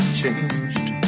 changed